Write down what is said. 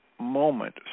moment